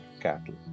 cattle